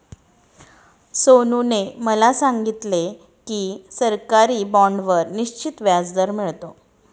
सोनूने मला सांगितले की सरकारी बाँडवर निश्चित व्याजदर मिळतो